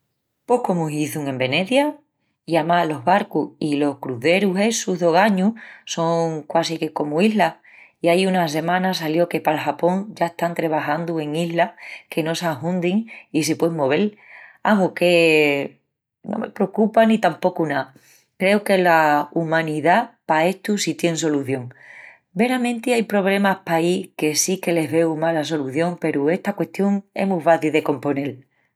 Pos comu hizun en Venezia. I amás los barcus i los cruzerus essus d'ogañu son quasi que comu islas. I ai unas semanas salió que pal Japón ya están trebajandu en islas que no s'ahundin i se puein movel. Amus, es que no me precupa ni tapocu ná. Creu que la umanidá pa estu sí tien solución. Veramenti ai pobremas paí que sí que les veu mala solución peru esta custión es mu faci de componel.